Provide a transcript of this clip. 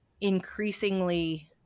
increasingly